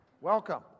Welcome